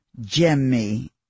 Jemmy